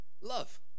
love